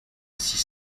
six